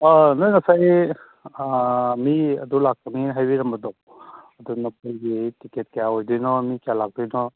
ꯅꯣꯏ ꯉꯁꯥꯏꯒꯤ ꯃꯤ ꯑꯗꯨ ꯂꯥꯛꯀꯅꯤ ꯍꯥꯏꯕꯤꯔꯝꯕꯗꯣ ꯃꯗꯨ ꯃꯈꯣꯏꯒꯤ ꯇꯤꯛꯀꯦꯠ ꯀꯌꯥ ꯑꯣꯏꯗꯣꯏꯅꯣ ꯃꯤ ꯀꯌꯥ ꯂꯥꯛꯇꯣꯏꯅꯣ